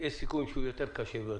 ויש סיכויים שהוא יותר קשה,